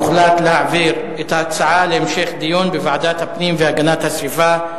הוחלט להעביר את ההצעה להמשך דיון בוועדת הפנים והגנת הסביבה.